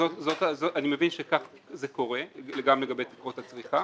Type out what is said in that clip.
אני מבין שכך זה קורה גם לגבי תקופות הצריכה